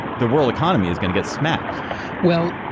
the world economy is going to get smacked well,